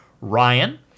Ryan